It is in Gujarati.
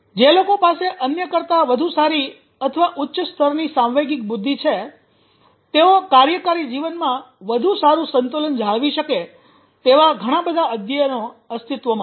જે લોકો પાસે અન્ય કરતાં વધુ સારી અથવા ઉચ્ચ સ્તરની સાંવેગિક બુદ્ધિ છે તેઓ કાર્યકારી જીવન માં વધુ સારું સંતુલન જાળવી શકે છે તેવા ઘણા બધા અધ્યયનો અસ્તિત્વમાં છે